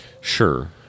Sure